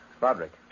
Roderick